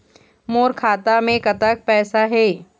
मोर खाता मे कतक पैसा हे?